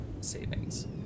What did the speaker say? savings